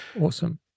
Awesome